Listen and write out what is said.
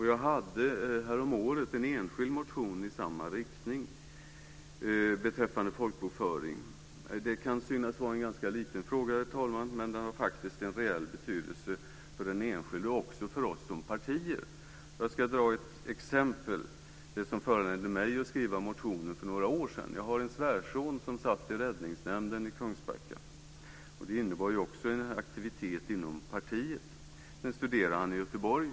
Jag hade häromåret en enskild motion i samma riktning beträffande folkbokföring. Det kan synas vara en ganska liten fråga, herr talman, men den har faktiskt en reell betydelse för den enskilde och även för oss som partier. Jag ska ta som exempel det som föranledde mig att skriva motionen för några år sedan. Jag har en svärson som satt i räddningsnämnden i Kungsbacka. Det innebar också en aktivitet inom partiet. Nu studerar han i Göteborg.